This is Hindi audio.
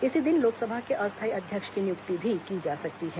इसी दिन लोकसभा के अस्थाई अध्यक्ष की नियुक्ति भी की जा सकती है